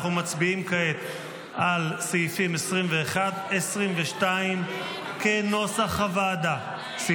אנחנו מצביעים כעת על סעיפים 21 ו-22 כנוסח הוועדה.